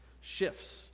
shifts